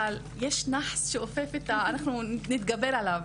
אבל יש נאחס שאופף את זה ואנחנו נתגבר עליו.